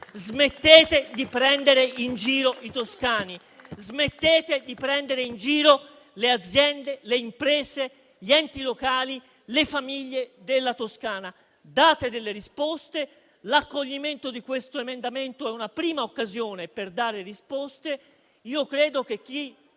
Smettete di prendere in giro i toscani. Smettete di prendere in giro le aziende, le imprese, gli enti locali, le famiglie della Toscana. Date delle risposte. L'accoglimento di questo emendamento sarebbe una prima occasione per dare risposte. Io credo che chi